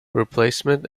replacement